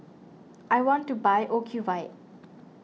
I want to buy Ocuvite